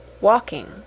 walking